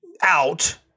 out